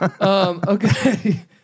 Okay